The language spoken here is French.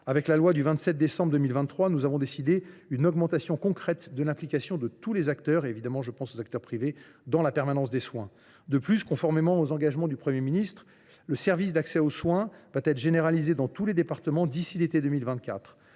Avec la loi du 27 décembre 2023, nous avons décidé une augmentation concrète de l’implication de tous les acteurs dans la permanence des soins. De plus, conformément aux engagements du Premier ministre, le service d’accès aux soins (SAS) sera généralisé dans tous les départements d’ici à l’été 2024.